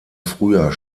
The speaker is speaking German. früher